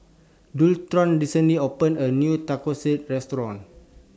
Daulton recently opened A New Tonkatsu Restaurant